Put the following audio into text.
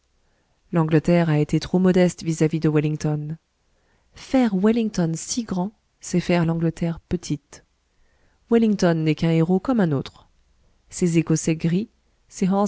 l'angleterre a été trop modeste vis-à-vis de wellington faire wellington si grand c'est faire l'angleterre petite wellington n'est qu'un héros comme un autre ces écossais gris ces